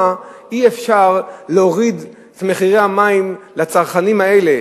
אי-אפשר להוריד את מחירי המים לצרכנים האלה,